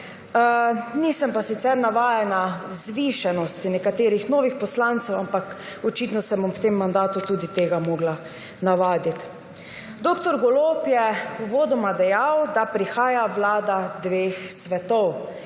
nisem pa sicer navajena vzvišenosti nekaterih novih poslancev, ampak očitno se bom v tem mandatu tudi tega morala navaditi. Dr. Golob je uvodoma dejal, da prihaja vlada dveh svetov.